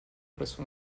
presso